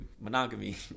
monogamy